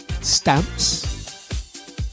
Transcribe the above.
Stamps